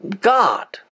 God